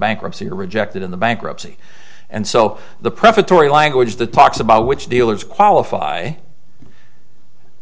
bankruptcy or rejected in the bankruptcy and so the prefatory language the talks about which dealers qualify